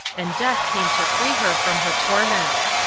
and death came to free her from her torments.